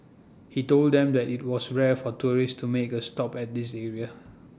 he told them that IT was rare for tourists to make A stop at this area